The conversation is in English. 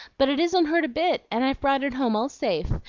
but it isn't hurt a bit, and i've brought it home all safe,